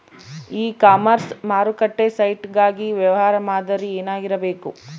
E commerce ಮಾರುಕಟ್ಟೆ site ಗಾಗಿ ವ್ಯವಹಾರ ಮಾದರಿ ಏನಾಗಿರಬೇಕು?